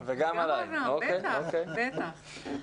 בטח, בטח.